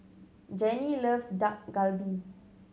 Jennie loves Dak Galbi